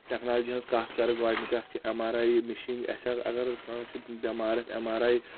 technology ہنٛز کتھ کرٕ گۄڈنِچ اکھ چھِ ایم آر آی مشین آسہِ ہا اگر کٲنٛسہِ بٮ۪مارس ایم آر آی